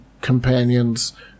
companions